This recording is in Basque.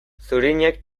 zurinek